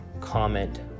comment